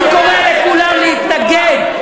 אני קורא לכולם להתנגד.